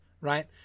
right